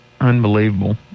Unbelievable